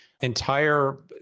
entire